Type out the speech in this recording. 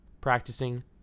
practicing